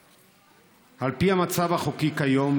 על פי המצב החוקי כיום,